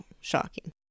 Shocking